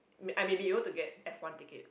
I may be able to get F-one ticket